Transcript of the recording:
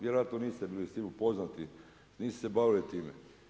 Vjerojatno niste bili s tim upoznati, niste se bavili time.